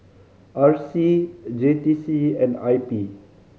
R C J T C and I P